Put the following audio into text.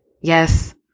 Yes